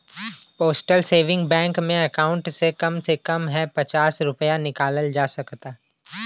postal saving bank में account से कम से कम हे पचास रूपया निकालल जा सकता